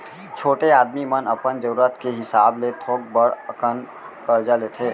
छोटे आदमी मन अपन जरूरत के हिसाब ले थोक बड़ अकन करजा लेथें